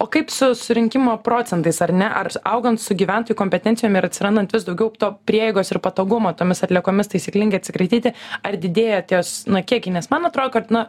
o kaip su surinkimo procentais ar ne ar augant su gyventojų kompetencijom ir atsirandant vis daugiau to prieigos ir patogumo tomis atliekomis taisyklingai atsikratyti ar didėja ties na kiekiai nes man atrodo kad na